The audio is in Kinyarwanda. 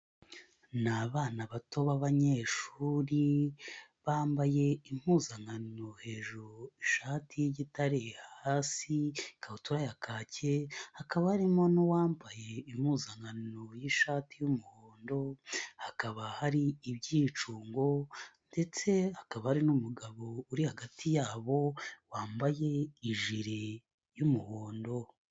Ni abana bato babanyeshuri bambaye impuzankano hejuru ishati y'igitare, hasi ikabutura ya kake, hakaba harimo n'uwambaye impuzankano y'ishati y'umuhondo, hakaba hari ibyicungo ndetse akaba hari n'umugabo uri hagati yabo wambaye ijire y'umuhondo.